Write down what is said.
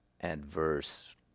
adverse